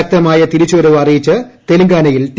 ശക്തമായ തിരിച്ചുവരവ് അറിയിച്ച് തെലങ്കാനയിൽ ടി